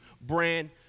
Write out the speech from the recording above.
brand